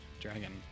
dragon